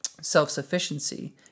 self-sufficiency